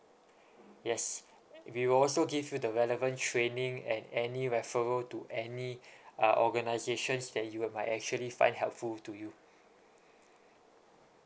yes we will also give you the relevant training and any referral to any uh organisations that you are might actually find helpful to you